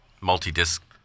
multi-disc